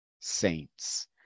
saints